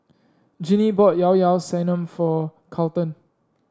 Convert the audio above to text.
Jinnie bought Llao Llao Sanum for Carlton